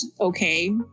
okay